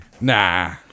Nah